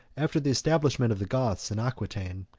after the establishment of the goths in aquitain,